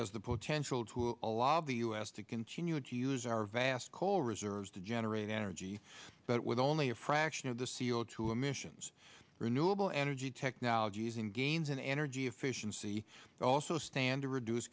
has the potential to alabi us to continue to use our vast coal reserves to generate energy but with only a fraction of the c o two emissions renewable energy technologies and gains in energy efficiency also stand to reduce